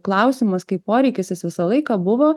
klausimas kaip poreikis jis visą laiką buvo